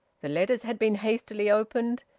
the letters had been hastily opened.